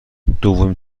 دومین